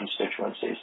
constituencies